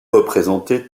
représenter